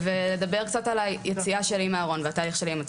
ואדבר קצת על היציאה שלי מהארון והתהליך שלי עם עצמי.